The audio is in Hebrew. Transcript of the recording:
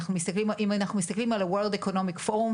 אם אנחנו מסתכלים על פורום העולם האקונומי,